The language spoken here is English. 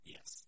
Yes